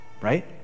right